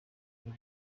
y’u